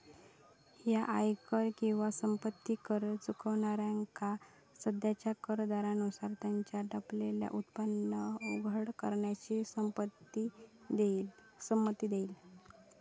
ह्या आयकर किंवा संपत्ती कर चुकवणाऱ्यांका सध्याच्या कर दरांनुसार त्यांचा लपलेला उत्पन्न उघड करण्याची संमती देईत